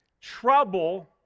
Trouble